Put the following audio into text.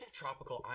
tropical